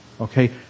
Okay